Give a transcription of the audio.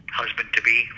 husband-to-be